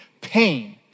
pain